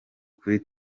kuri